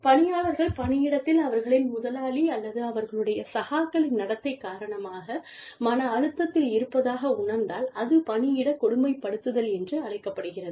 பணியாளர்கள் பணியிடத்தில் அவர்களின் முதலாளி அல்லது அவர்களுடைய சகாக்களின் நடத்தை காரணமாக மன அழுத்தத்தில் இருப்பதாக உணர்ந்தால் அது பணியிட கொடுமைப்படுத்துதல் என்று அழைக்கப்படுகிறது